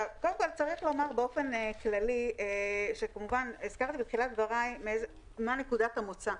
הזכרתי בתחילת דבריי מה נקודת המוצא.